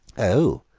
oh,